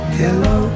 hello